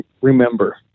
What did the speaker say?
remember